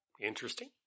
Interesting